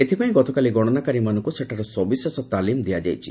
ଏଥିପାଇଁ ଗତକାଲି ଗଣନାକାରୀମାନଙ୍କୁ ସେଠାରେ ସବିଶେଷ ତାଲିମ ଦିଆଯାଇଛି